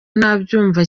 ntabyumva